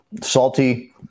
Salty